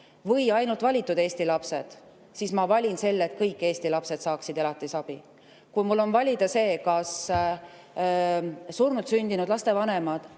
või ainult valitud Eesti lapsed, siis ma valin selle, et kõik Eesti lapsed saavad elatisabi. Kui mul on valida, kas surnult sündinud laste vanemad